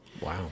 Wow